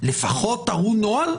לפחות תראו נוהל.